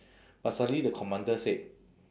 but suddenly the commander said